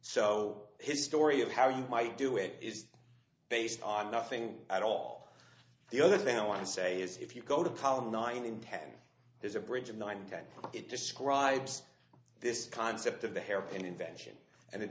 so his story of how you might do it is based on nothing at all the other thing i want to say is if you go to column nine in ten there's a bridge of nine ten it describes this concept of the hairpin invention and it